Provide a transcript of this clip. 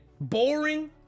Boring